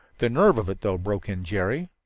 the nerve of it, though! broke in jerry.